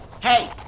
Hey